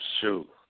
shoot